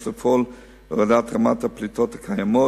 יש לפעול להורדת רמת הפליטות הקיימות.